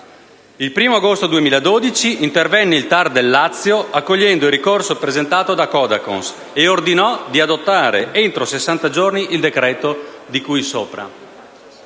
Il 1° agosto 2012 intervenne il TAR del Lazio accogliendo il ricorso presentato da Codacons e ordinò di adottare, entro 60 giorni, il decreto di cui sopra.